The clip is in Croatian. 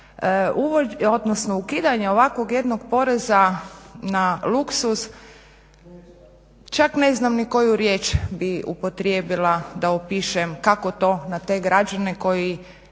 odnosno ukidanje ovakvog jednog poreza na luksuz čak ne znam ni koju riječ bi upotrijebila da opišem kako to na te građane koji